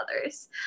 others